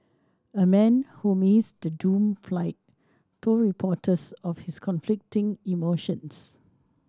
a man who missed the doomed flight told reporters of his conflicting emotions